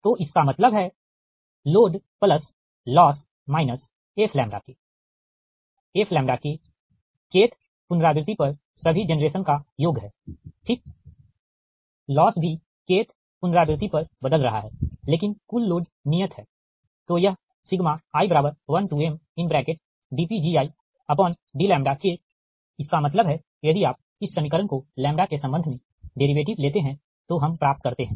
तो इसका मतलब है load loss fK fK kth पुनरावृति पर सभी जेनरेशन का योग है ठीक लॉस भी kth पुनरावृति पर बदल रहा है लेकिन कुल लोड नियत है तोयह i1mdPgidλ इसका मतलब है यदि आप इस समीकरण को के संबंध में डेरीवेटिव लेते हैं तो हम प्राप्त करते हैं